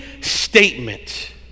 statement